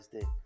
day